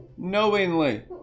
Knowingly